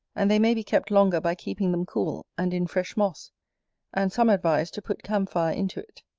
and they may be kept longer by keeping them cool, and in fresh moss and some advise to put camphire into it.